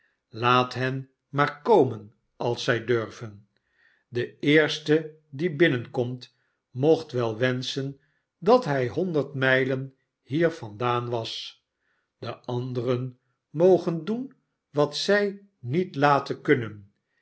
laat hen maar l komen als zij durven de eerste die binnenkomt mocht wel wenschen dat hij honderd mijlen hier vandaan was de anderen mogen doen wat zij niet laten kunnen